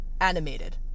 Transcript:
animated